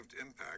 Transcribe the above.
impact